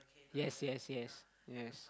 yes yes yes yes